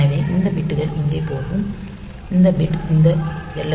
எனவே இந்த பிட்கள் இங்கே போகும் இந்த பிட் இந்த எல்